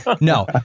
No